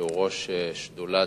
שהוא ראש השדולה